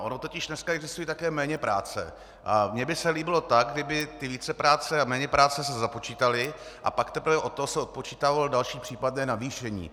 Ono totiž dneska existují také méněpráce a mně by se to líbilo tak, kdyby ty vícepráce a méněpráce se započítaly, a pak teprve od toho se odpočítávalo další případné navýšení.